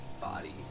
body